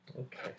okay